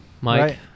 Mike